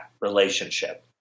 relationship